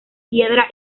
piedra